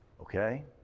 Okay